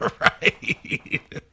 Right